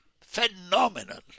Phenomenal